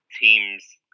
teams